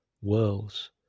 whirls